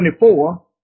24